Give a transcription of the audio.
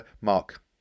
Mark